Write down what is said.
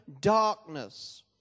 darkness